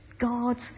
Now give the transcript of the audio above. God